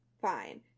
Fine